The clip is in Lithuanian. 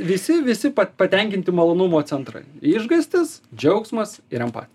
visi visi patenkinti malonumo centrai išgąstis džiaugsmas ir empatija